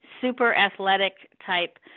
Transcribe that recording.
super-athletic-type